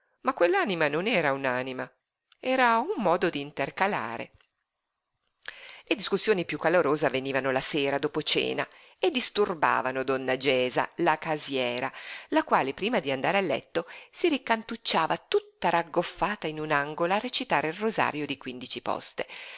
ma quell'anima non era un'anima era un modo d'intercalare le discussioni piú calorose avvenivano la sera dopo cena e disturbavano donna gesa la casiera la quale prima d'andare a letto si rincantucciava tutta raffagottata in un angolo a recitare il rosario di quindici poste